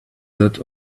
that